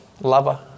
lover